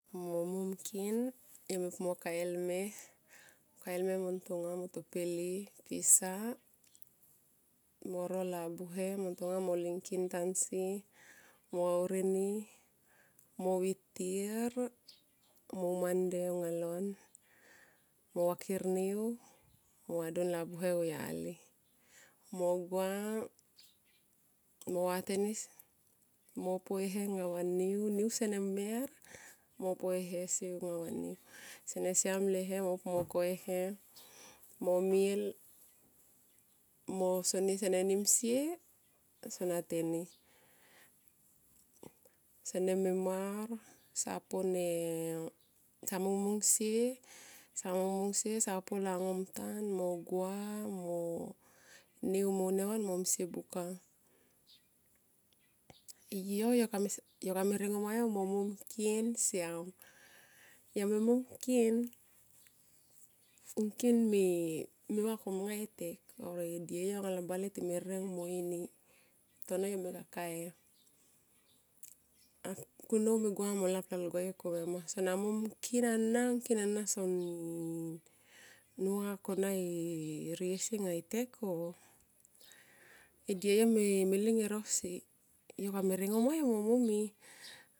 Mo monu ngkin yo mo pu kae elme kae lme mo ntonga mo to peli pisa mo ro labuhe mo ntonga mo ling ngkin tansi na vauri ni mo vitir mo uma nde ngalon mo vakir mo vadun labuhe auyali mo gua mo vaten mo poi he anga va niu, niu sene mer mo poi e he si aungavan min sene siam le he mo pu mo koi ehe mo mil mo soni sene nimsie pe sona tein sene me mar sa pone mo mungsie sa po langomtan mo gua mo niu mo unia van mo nimsie buka. Yo, yo kame ringomayo mo mom ngkin siam yome mom ngkin, ngkin me va kom ngae tek. E dieyo anga lo bale time rireng mo ini. Tono yo me kakae a kunnou me gua mo tap lalgua yo koimiama sona mom ngkin ana ngkin so niva kona eriesi kona etek o. Edieyo mo ling e rosi. Yo kame ringomayo mo mom.